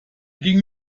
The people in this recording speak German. ging